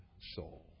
soul